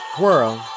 world